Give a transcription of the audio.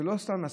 זה לא סתם הסתה.